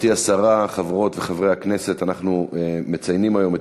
הצעות לסדר-היום מס' 1143, 1538, 1564,